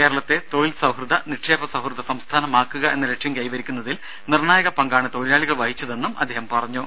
കേരളത്തെ തൊഴിൽ സൌഹൃദ നിക്ഷേപ സൌഹൃദ സംസ്ഥാനമാക്കുക എന്ന ലക്ഷ്യം കൈവരിക്കുന്നതിൽ നിർണ്ണായക പങ്കാണ് തൊഴിലാളികൾ വഹിച്ചതെന്നും അദ്ദേഹം പറഞ്ഞു